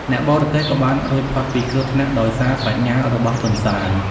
អ្នកបរទេះក៏បានរួចផុតពីគ្រោះថ្នាក់ដោយសារប្រាជ្ញារបស់ទន្សាយ។